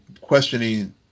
questioning